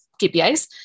KPIs